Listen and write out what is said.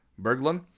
Berglund